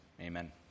amen